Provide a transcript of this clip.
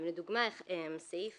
לדוגמה, סעיף